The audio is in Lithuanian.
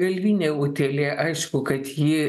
galvinė utėlė aišku kad ji